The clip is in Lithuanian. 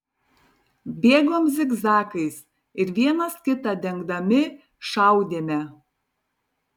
bėgom zigzagais ir vienas kitą dengdami šaudėme